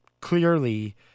clearly